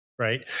Right